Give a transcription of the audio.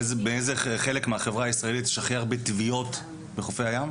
אתה יודע באיזה חלק מהחברה הישראלית יש הכי הרבה טביעות בחופי הים?